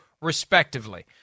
respectively